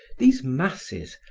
these masses,